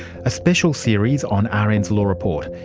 a special series on ah rn's law report.